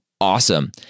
Awesome